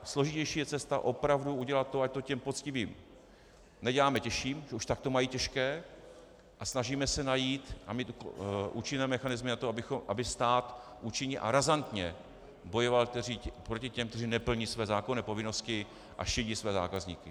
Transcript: Složitější je cesta opravdu udělat to, ať to těm poctivým neděláme těžší, už tak to mají těžké, a snažíme se najít účinné mechanismy na to, aby stát účinně a razantně bojoval proti těm, kteří neplní své zákonné povinnosti a šidí své zákazníky.